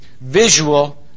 visual